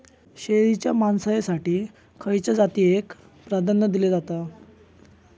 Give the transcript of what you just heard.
शेळीच्या मांसाएसाठी खयच्या जातीएक प्राधान्य दिला जाता?